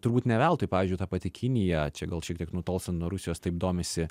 turbūt ne veltui pavyzdžiui ta pati kinija čia gal šiek tiek nutolstant nuo rusijos taip domisi